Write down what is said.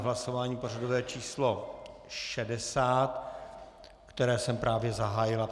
Je to hlasování pořadové číslo 60, které jsem právě zahájil.